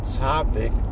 topic